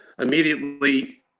immediately